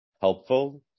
helpful